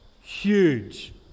Huge